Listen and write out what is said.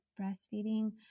breastfeeding